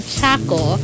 Chaco